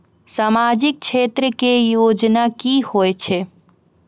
समाजिक क्षेत्र के योजना की होय छै?